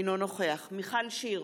אינו נוכח מיכל שיר,